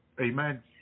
Amen